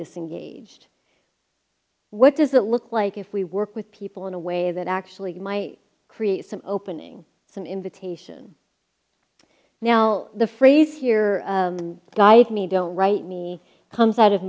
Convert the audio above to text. disengaged what does it look like if we work with people in a way that actually might create some opening some invitation now the phrase here guys me don't write me comes out of